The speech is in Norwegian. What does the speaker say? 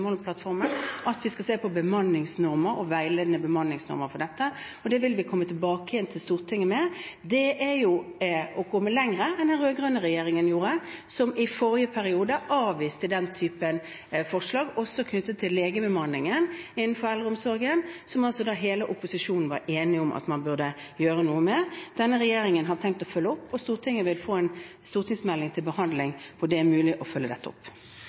at vi skal se på bemanningsnormer og veiledende bemanningsnormer for dette, og det vil vi komme tilbake til Stortinget med. Det er jo å gå lenger enn det den rød-grønne regjeringen gjorde, som i forrige periode avviste den typen forslag, også knyttet til legebemanningen innenfor eldreomsorgen, som altså hele opposisjonen var enige om at man burde gjøre noe med. Denne regjeringen har tenkt å følge opp, og Stortinget vil få en stortingsmelding til behandling hvor det er mulig å følge dette opp.